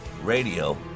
Radio